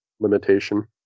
Limitation